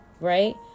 right